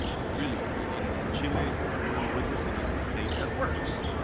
really, in chile what we're witnessing is a state that works,